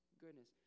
goodness